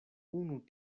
unu